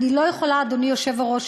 אדוני היושב-ראש,